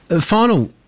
final